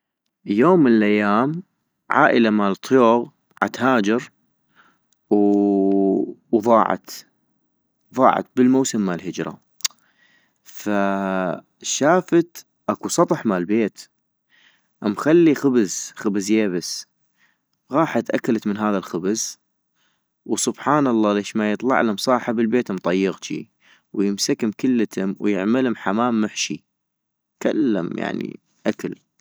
يوم من الايام عائلة مال طيوغ عتهاجر ووضاعت ، ضاعت بالمواسم مال هجرة ، فشافت اكو سطح مال بيت مخلي خبز، خبز ييبس، غاحت اكلت من هذا الخبز، وسبحان الله ليش ما يطلعلم صاحب البيت مطيغجي ويمسكم كلتم ويعملم حمام محشي, كلم يعني اكل